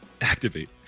activate